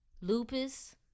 lupus